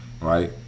right